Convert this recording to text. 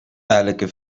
elke